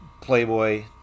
Playboy